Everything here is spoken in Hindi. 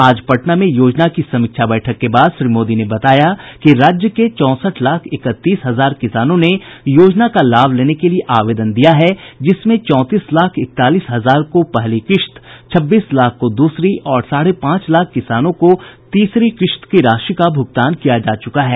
आज पटना में योजना की समीक्षा बैठक के बाद श्री मोदी ने बताया कि राज्य के चौंसठ लाख इकतीस हजार किसानों ने योजना का लाभ लेने के लिए आवेदन दिया है जिसमें चौंतीस लाख इकतालीस हजार को पहली किस्त छब्बीस लाख को दूसरी और साढ़े पांच लाख किसानों को तीसरी किस्त की राशि का भुगतान किया जा चुका है